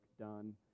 done